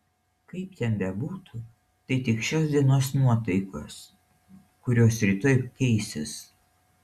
kaip ten bebūtų tai tik šios dienos nuotaikos kurios rytoj keisis